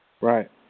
Right